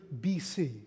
BC